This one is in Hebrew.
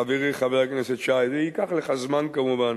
חברי חבר הכנסת שי, זה ייקח לך זמן כמובן.